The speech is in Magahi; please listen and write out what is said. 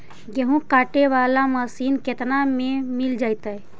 गेहूं काटे बाला मशीन केतना में मिल जइतै?